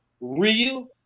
real